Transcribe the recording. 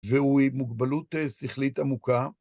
והוא עם מוגבלות שכלית עמוקה.